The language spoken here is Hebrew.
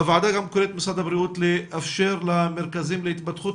הוועדה גם קוראת למשרד הבריאות לאפשר למרכזים להתפתחות